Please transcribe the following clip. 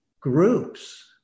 groups